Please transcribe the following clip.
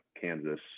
Kansas